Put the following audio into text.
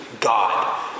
God